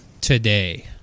today